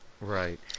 Right